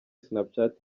snapchat